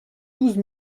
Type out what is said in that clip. douze